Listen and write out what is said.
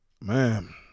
Man